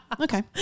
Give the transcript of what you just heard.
okay